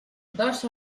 dos